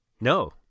No